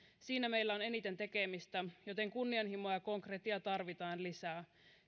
siinä meillä on eniten tekemistä joten kunnianhimoa ja konkretiaa tarvitaan lisää